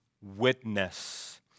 witness